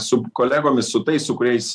su kolegomis su tais su kuriais